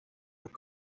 así